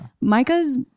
Micah's